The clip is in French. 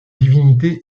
divinité